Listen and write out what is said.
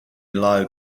low